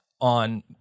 on